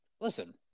listen